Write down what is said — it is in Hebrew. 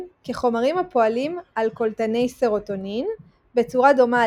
כחומרים הפועלים על קולטני סרוטונין בצורה דומה